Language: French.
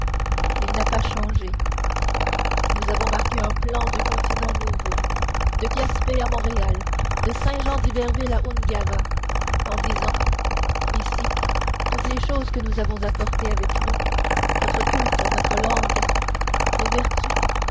il n'a pas changé nous avons marqué un plan du continent nouveau de gaspé à montréal de saint jean diberville à l'ungava en disant ici toutes les choses que nous avons apportées avec nous notre culte notre langue nos vertus